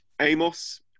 amos